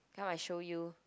come I show you